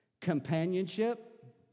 companionship